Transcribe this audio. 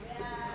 סעיפים 1